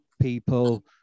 people